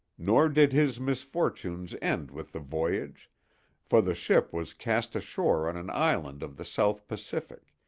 nor did his misfortunes end with the voyage for the ship was cast ashore on an island of the south pacific,